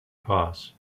pass